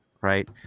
right